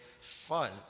fun